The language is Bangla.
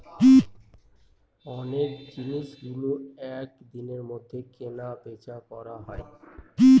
অনেক জিনিসগুলো এক দিনের মধ্যে কেনা বেচা করা হয়